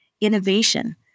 innovation